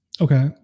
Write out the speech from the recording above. Okay